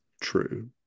true